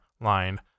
line